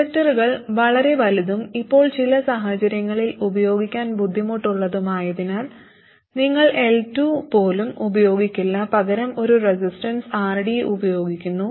ഇൻഡക്റ്ററുകൾ വളരെ വലുതും ഇപ്പോൾ ചില സാഹചര്യങ്ങളിൽ ഉപയോഗിക്കാൻ ബുദ്ധിമുട്ടുള്ളതുമായതിനാൽ നിങ്ങൾ L2 പോലും ഉപയോഗിക്കില്ല പകരം ഒരു റെസിസ്റ്റൻസ് RD ഉപയോഗിക്കുന്നു